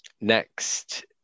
next